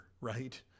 right